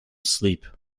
sleep